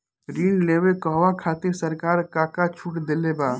ऋण लेवे कहवा खातिर सरकार का का छूट देले बा?